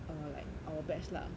err like our batch lah